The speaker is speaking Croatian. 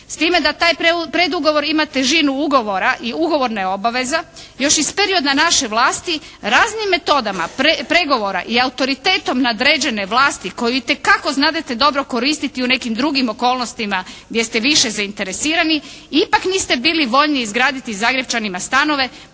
s time da taj predugovor ima težinu ugovora i ugovorne obaveza. Još iz perioda naše vlasti raznim metodama pregovora i autoritetom nadređene vlasti koju itekako znadete dobro koristiti u nekim drugim okolnostima gdje ste više zainteresirani ipak niste bili voljni izgraditi Zagrepčanima stanove